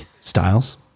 Styles